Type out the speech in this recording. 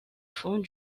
fond